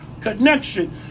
connection